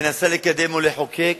מנסה לקדם או לחוקק,